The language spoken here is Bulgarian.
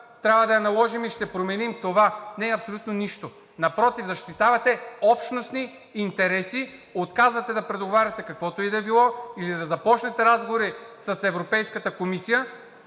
трябва да я наложим и ще променим това. Не, абсолютно нищо! Напротив, защитавате общностни интереси. Отказвате да преговаряте каквото и да е било или да започнете разговори с Европейската комисия,